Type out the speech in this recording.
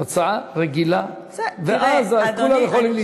הצעה רגילה, ואז כולם יכולים להצטרף, בסדר.